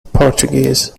portuguese